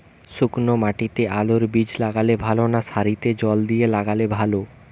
শুক্নো মাটিতে আলুবীজ লাগালে ভালো না সারিতে জল দিয়ে লাগালে ভালো?